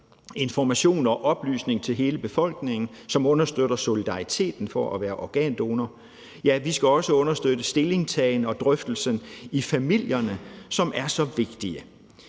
information og oplysning til hele befolkningen, som understøtter solidariteten i det at være organdonor. Ja, vi skal også understøtte stillingtagen og drøftelsen i familierne, som er så vigtige.